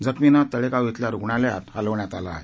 जखमींना तळेगाव इथल्या रुग्णालयात हटवण्यात आलं आहे